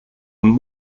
und